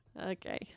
Okay